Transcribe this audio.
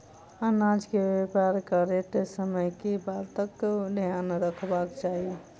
अनाज केँ व्यापार करैत समय केँ बातक ध्यान रखबाक चाहि?